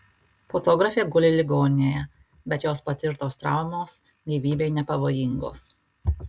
fotografė guli ligoninėje bet jos patirtos traumos gyvybei nepavojingos